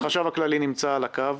החשב הכללי נמצא על הקו.